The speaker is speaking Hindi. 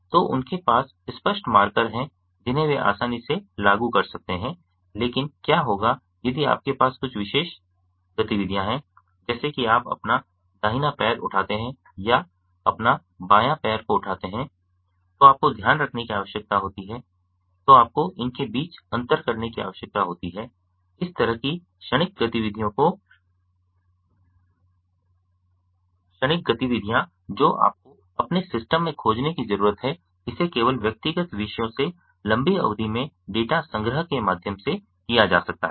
तो उनके पास स्पष्ट मार्कर हैं जिन्हें वे आसानी से लागू कर सकते हैं लेकिन क्या होगा यदि आपके पास कुछ विशेष गतिविधियां हैं जैसे कि आप अपना दाहिना पैर उठाते हैं या अपना बायाँ पैर को उठाते हैं तो आपको ध्यान रखने की आवश्यकता होती है तो आपको इन के बीच अंतर करने की आवश्यकता होती है इस तरह की क्षणिक गतिविधियां जो आपको अपने सिस्टम में खोजने की जरूरत है इसे केवल व्यक्तिगत विषयों से लंबी अवधि में डेटा संग्रह के माध्यम से किया जा सकता है